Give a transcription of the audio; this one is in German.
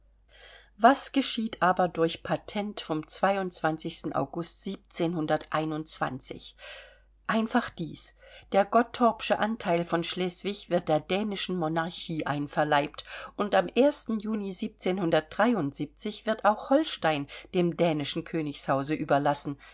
was geschieht aber durch patent vom august einfach dies der gottorpsche anteil von schleswig wird der dänischen monarchie einverleibt und am juni wird auch holstein dem dänischen königshause überlassen